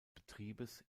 betriebes